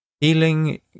Healing